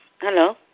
Hello